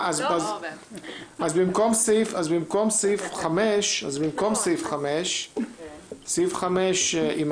אז סעיף 5 יימחק,